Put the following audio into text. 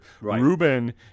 Ruben